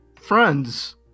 Friends